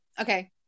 okay